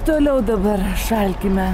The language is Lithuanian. toliau dabar šalkime